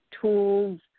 tools